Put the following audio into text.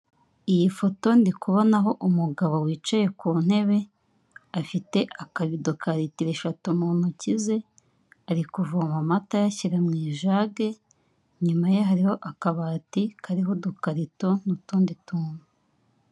Iyi foto ndikubonaho umugabo wicaye ku ntebe afite akabido ka litiro eshatu mu ntoki ze ari kuvoma amata ayashyira mu ijage, inyuma ye hariho akabati kariho udukarito n'utundi tuntu.